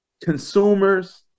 consumers